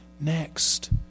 next